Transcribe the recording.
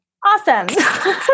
awesome